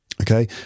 Okay